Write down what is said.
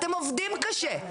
אתם עובדים קשה,